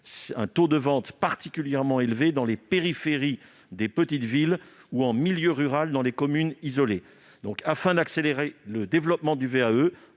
le taux de vente est particulièrement élevé dans les périphéries des petites villes ou, en milieu rural, dans les communes isolées. Afin d'accélérer le développement du VAE,